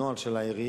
הנוהג של העירייה,